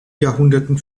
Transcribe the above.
jahrhunderten